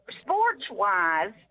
sports-wise